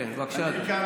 כן, בבקשה, אדוני.